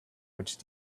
which